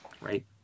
Right